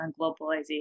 globalization